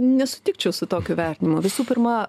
nesutikčiau su tokiu vertinimu visų pirma